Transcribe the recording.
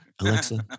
Alexa